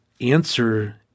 answer